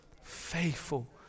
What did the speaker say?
Faithful